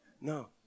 No